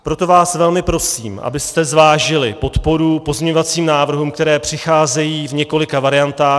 Proto vás velmi prosím, abyste zvážili podporu pozměňovacím návrhům, které přicházejí v několika variantách.